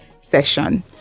session